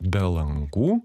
be langų